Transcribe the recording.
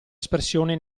espressione